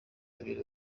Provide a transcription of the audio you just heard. abiri